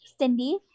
Cindy